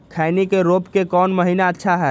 खैनी के रोप के कौन महीना अच्छा है?